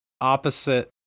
opposite